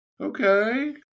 Okay